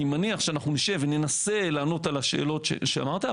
אני מניח שאנחנו נשב וננסה לענות על השאלות שאמרת.